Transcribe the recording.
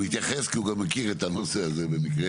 והוא התייחס כי הוא גם מכיר את הנושא הזה במקרה.